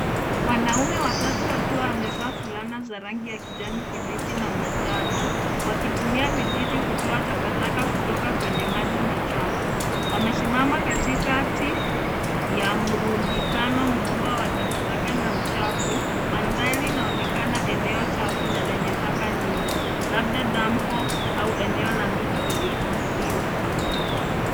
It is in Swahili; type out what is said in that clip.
Wanaume watatu wakiwa wamevaa fulana za rangi ya kijani kibichi na manajano wakitumia vijiti kutoa takataka kutoka kwenye maji machafu. Wamesimama katikati ya mrundikano mkubwa wa takataka na uchafu, mandhari inaonekana eneo chafu na lenye taka nyingi, labda dampu au eneo la mito iliyochafuliwa.